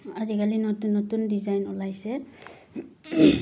আজিকালি নতুন নতুন ডিজাইন ওলাইছে